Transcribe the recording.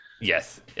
Yes